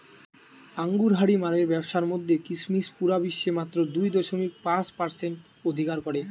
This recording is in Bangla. আঙুরহারি মালের ব্যাবসার মধ্যে কিসমিস পুরা বিশ্বে মাত্র দুই দশমিক পাঁচ পারসেন্ট অধিকার করে